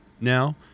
now